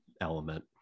element